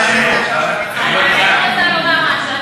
אני רוצה לומר משהו.